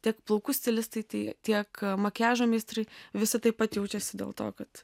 tiek plaukų stilistai tai tiek makiažo meistrai visi taip pat jaučiasi dėl to kad